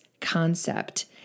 concept